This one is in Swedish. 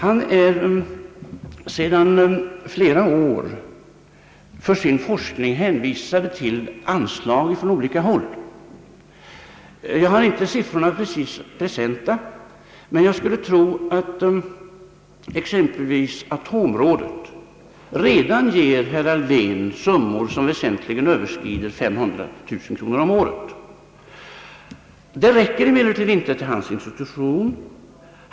Han är sedan flera år för sin forskning hänvisad till anslag från olika håll. Jag har inte siffrorna presenta, men jag skulle tro att exempelvis atområdet redan ger professor Alfvén summor som väsentligen överskrider 500000 kronor om året. Det räcker emellertid inte till hans institution.